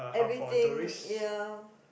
everything ya